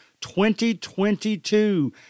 2022